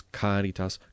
caritas